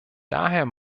daher